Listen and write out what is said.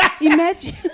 Imagine